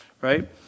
right